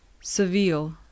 Seville